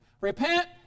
Repent